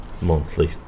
monthly